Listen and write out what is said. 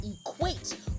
equate